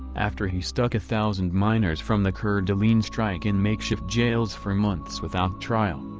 after he stuck a thousand miners from the coeur d'alene strike in makeshift jails for months without trial.